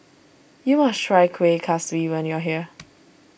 you must try Kueh Kaswi when you are here